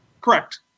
Correct